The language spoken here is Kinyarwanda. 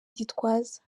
gitwaza